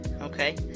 okay